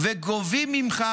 וגובים ממך